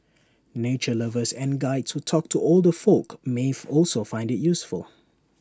nature lovers and Guides who talk to older folk may also find IT useful